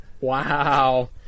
Wow